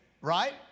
right